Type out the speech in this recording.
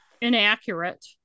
inaccurate